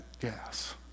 gas